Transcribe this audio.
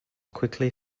quickly